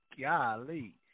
Golly